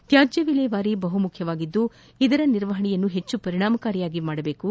ತ್ಕಾಜ್ಯ ವಿಲೇವಾರಿ ಬಹುಮುಖ್ಯ ತ್ಕಾಜ್ಯ ನಿರ್ವಪಣೆಯನ್ನು ಪೆಚ್ಚು ಪರಿಣಾಮಕಾರಿಯಾಗಿ ಮಾಡಬೇಕು